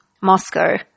Moscow